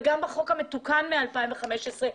וגם בחוק המתוקן משנת 2015,